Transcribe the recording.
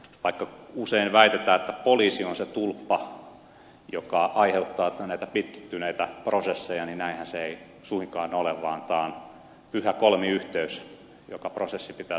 vaikka usein väitetään että poliisi on se tulppa joka aiheuttaa näitä pitkittyneitä prosesseja niin näinhän se ei suinkaan ole vaan tämä on pyhä kolmiyhteys joka prosessi pitää saada toimimaan